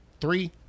Three